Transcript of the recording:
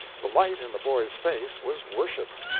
the light in the boy's face was worship,